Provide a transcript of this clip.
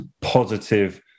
positive